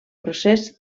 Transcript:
procés